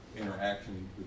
interaction